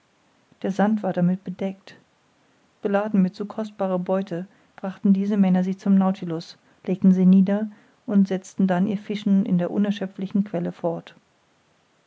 der sand war damit bedeckt beladen mit so kostbarer beute brachten diese männer sie zum nautilus legten sie nieder und setzten dann ihr fischen in der unerschöpflichen quelle fort